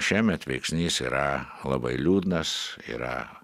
šiemet veiksnys yra labai liūdnas yra